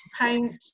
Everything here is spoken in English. paint